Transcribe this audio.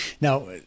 Now